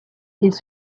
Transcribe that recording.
ils